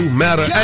matter